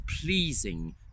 pleasing